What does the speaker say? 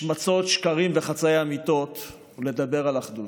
השמצות, שקרים וחצאי אמיתות ולדבר על אחדות,